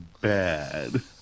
bad